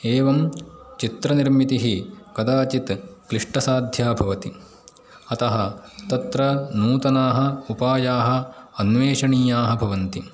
एवं चित्रनिर्मितिः कदाचित् क्लिष्टसाध्या भवति अतः तत्र नूतनाः उपायाः अन्वेषणीयाः भवन्ति